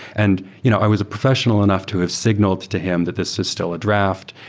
and you know i was professional enough to have signaled to him that this is still a draft,